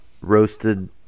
roasted